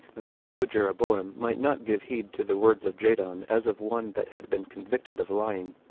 that so jeroboam might not give heed to the words of jadon as of one that had been convicted of lying.